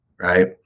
right